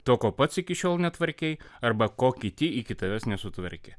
to ko pats iki šiol netvarkei arba ko kiti iki tavęs nesutvarkė